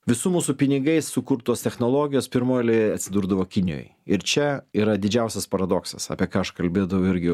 visų mūsų pinigais sukurtos technologijos pirmoj eilėj atsidurdavo kinijoj ir čia yra didžiausias paradoksas apie ką aš kalbėdavau irgi